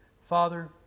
Father